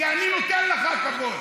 כי אני נותן לך כבוד.